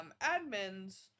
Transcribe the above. Admins